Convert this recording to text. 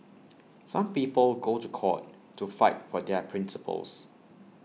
some people go to court to fight for their principles